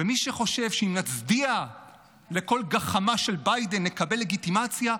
מי שחושב שאם נצדיע לכל גחמה של ביידן נקבל לגיטימציה,